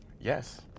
Yes